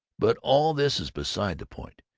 but all this is beside the point.